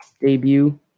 debut